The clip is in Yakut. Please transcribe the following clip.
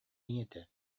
ийэтэ